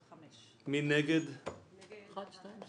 רחל עזריה ויעקב מרגי לסעיף 1 לא אושרה